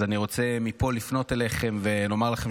אז אני רוצה מפה לפנות אליכם ולומר לכם